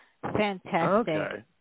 Fantastic